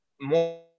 more